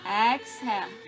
Exhale